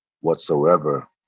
whatsoever